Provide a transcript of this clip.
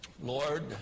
Lord